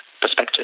perspective